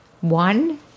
one